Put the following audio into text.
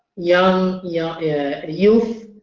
young, yeah youth,